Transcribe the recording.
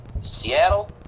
Seattle